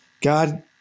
God